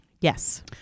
Yes